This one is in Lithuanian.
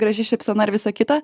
graži šypsena ir visa kita